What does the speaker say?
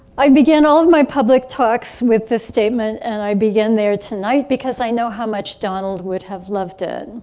i began all of my public talks with this statement and i began there tonight because i know how much donald would have loved it.